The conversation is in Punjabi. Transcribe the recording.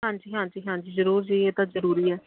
ਹਾਂਜੀ ਹਾਂਜੀ ਹਾਂਜੀ ਜ਼ਰੂਰ ਜੀ ਇਹ ਤਾਂ ਜ਼ਰੂਰੀ ਹੈ